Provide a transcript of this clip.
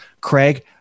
Craig